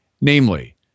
Namely